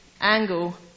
angle